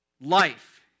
Life